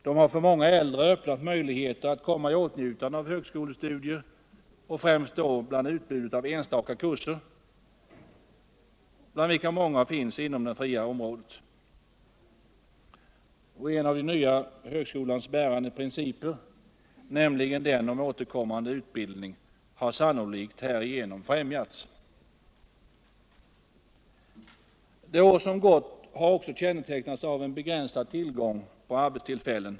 De har för många äldre öppnat möjligheter att komma i åtnjutande av högskolestudier, frimst då bland utbudet av enstaka kurser av vilka många finns inom det fria området. En av den nya högskolans bärande principer, nämligen den om återkommande utbildning, har sannolikt härigenom främjats. Det år som gått har också kännetecknats av en begränsad tillgång på arbetstullfällen.